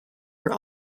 were